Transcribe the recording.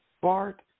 Bart